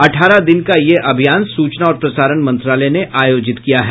अठारह दिन का यह अभियान सूचना और प्रसारण मंत्रालय ने आयोजित किया है